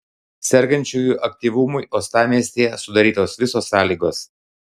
sergančiųjų aktyvumui uostamiestyje sudarytos visos sąlygos